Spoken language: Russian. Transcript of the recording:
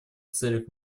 целях